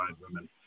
women